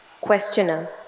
Questioner